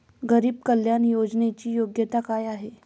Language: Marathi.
गरीब कल्याण योजनेची योग्यता काय आहे?